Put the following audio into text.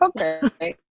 okay